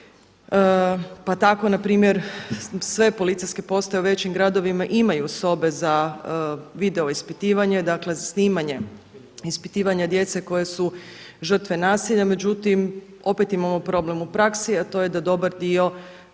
Pa tako na primjer sve policijske postaje u većim gradovima imaju sobe za video ispitivanje, dakle za snimanje, ispitivanja djece koja su žrtve nasilja. Međutim, opet imamo problem u praksi, a to je da dobar dio